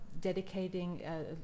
dedicating